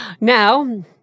now